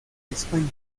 españa